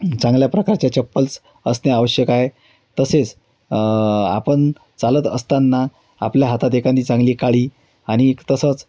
चांगल्या प्रकारच्या चप्पल असणे आवश्यक आहे तसेच आपण चालत असताना आपल्या हातात एखादी चांगली काठी आणि तसंच